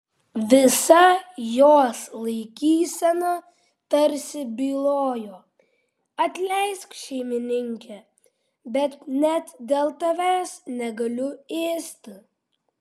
visa jos laikysena tarsi bylojo atleisk šeimininke bet net dėl tavęs negaliu ėsti